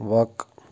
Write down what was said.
وق